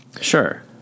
Sure